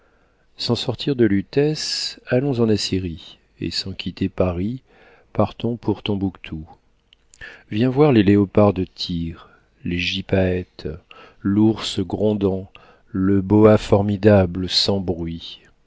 sans sortir de lutèce allons en assyrie et sans quitter paris partons pour tombouctou viens voir les léopards de tyr les gypaètes l'ours grondant le boa formidable sans bruit